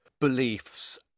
beliefs